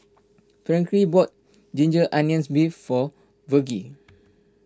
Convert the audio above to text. Frankie bought Ginger Onions Beef for Virgle